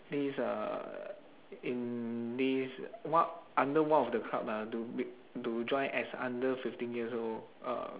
this uh in this what under one of the club ah to be to join as under fifteen years old uh